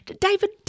David